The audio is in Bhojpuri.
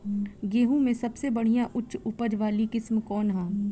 गेहूं में सबसे बढ़िया उच्च उपज वाली किस्म कौन ह?